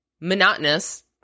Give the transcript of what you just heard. monotonous